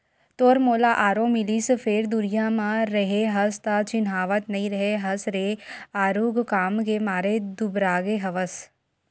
तोर मोला आरो मिलिस फेर दुरिहा म रेहे हस त चिन्हावत नइ रेहे हस रे आरुग काम के मारे दुबरागे हवस